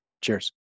Cheers